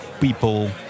people